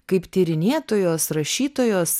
kaip tyrinėtojos rašytojos